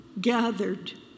gathered